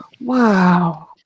Wow